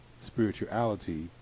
spirituality